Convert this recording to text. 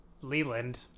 Leland